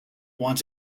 want